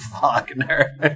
Wagner